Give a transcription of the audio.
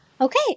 Okay